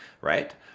right